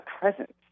presence